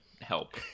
help